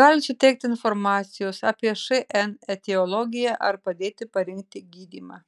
gali suteikti informacijos apie šn etiologiją ar padėti parinkti gydymą